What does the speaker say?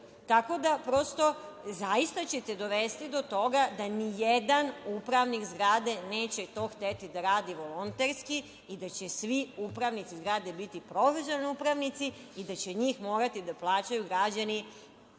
nisu učestvovali. Zaista ćete dovesti do toga da nijedan upravnik zgrade neće to hteti da radi volonterski i da će svi upravnici zgrade biti profesionalni upravnici i da će njih morati da plaćaju građani